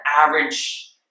average